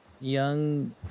young